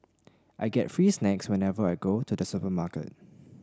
I get free snacks whenever I go to the supermarket